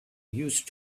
used